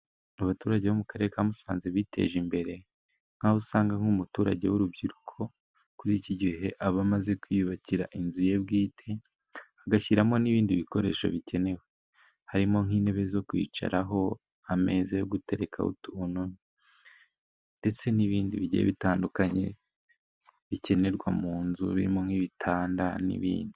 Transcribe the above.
Abaturage bo mu karere ka Musanze biteje imbere, nk'aho usanga nk'umuturage w'urubyiruko kuri iki gihe aba amaze kwiyubakira inzu ye bwite, agashyiramo n'ibindi bikoresho bikenewe harimo nk'intebe zo kwicaraho, ameza yo guterekaho utuntu, ndetse n'ibindi bigiye bitandukanye bikenerwa mu nzu birimo nk'ibitanda n'ibindi.